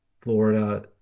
Florida